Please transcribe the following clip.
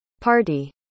party